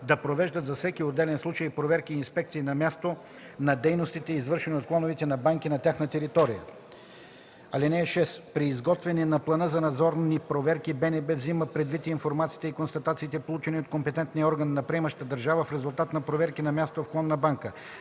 да провеждат за всеки отделен случай проверки и инспекции на място на дейностите, извършвани от клоновете на банки на тяхна територия. (6) При изготвяне на плана за надзорни проверки БНБ взема предвид информацията и констатациите, получени от компетентния орган на приемащата държава в резултат на проверки на място в клон на банка,